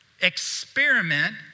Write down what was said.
experiment